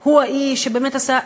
הוא האיש שעשה.